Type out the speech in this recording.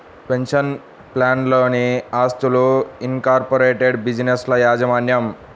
pension ప్లాన్లలోని ఆస్తులు, incorporated బిజినెస్ల యాజమాన్యం